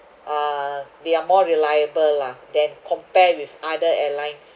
uh they are more reliable lah then compare with other airlines